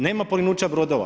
Nema porinuća brodova.